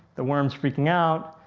the worm's freaking out,